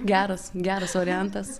geras geras variantas